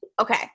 Okay